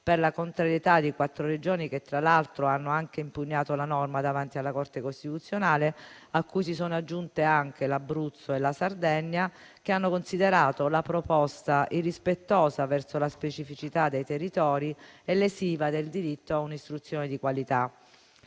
per la contrarietà di quattro Regioni, che tra l'altro hanno impugnato la norma davanti alla Corte costituzionale, a cui si sono aggiunte anche Abruzzo e Sardegna, che hanno considerato la proposta irrispettosa verso le specificità dei territori e lesiva del diritto a un'istruzione di qualità;